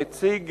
נציג